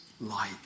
light